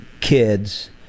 kids